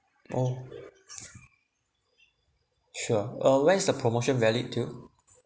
oh sure uh when is the promotion valid till